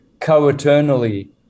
co-eternally